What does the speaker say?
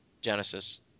Genesis